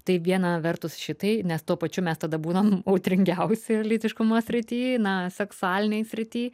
tai viena vertus šitai nes tuo pačiu mes tada būnam audringiausi lytiškumo srity na seksualinėj srity